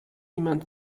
niemand